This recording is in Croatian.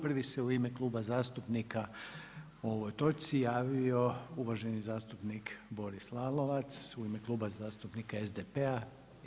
Prvi se u ime Kluba zastupnika o ovoj točci, javio uvaženi zastupnik Boris Lalovac u ime Kluba zastupnika SDP-a.